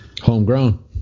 homegrown